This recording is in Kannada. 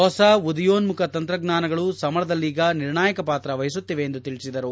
ಹೊಸ ಉದಯೋನ್ನುಖ ತಂತ್ರಜ್ವಾನಗಳು ಸಮರದಲ್ಲೀಗ ನಿರ್ಣಾಯಕ ಪಾತ್ರ ವಹಿಸುತ್ತಿವೆ ಎಂದು ತಿಳಿಸಿದರು